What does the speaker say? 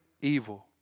evil